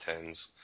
tens